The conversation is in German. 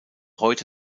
heute